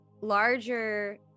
larger